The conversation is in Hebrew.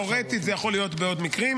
תיאורטית זה יכול להיות גם בעוד מקרים.